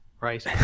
right